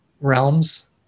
realms